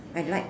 I like